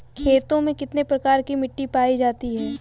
खेतों में कितने प्रकार की मिटी पायी जाती हैं?